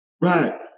Right